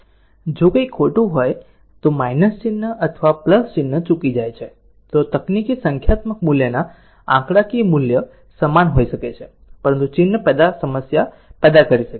જો કંઈક ખોટું થાય તો ચિન્હ અથવા ચિહ્ન ચૂકી જાય છે તો તકનીકી સંખ્યાત્મક મૂલ્યના આંકડાકીય મૂલ્ય સમાન હોઈ શકે છે પરંતુ ચિન્હ સમસ્યા પેદા કરશે